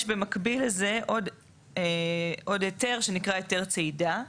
יש במקביל לזה עוד היתר שנקרא היתר צידה,